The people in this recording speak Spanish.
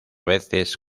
veces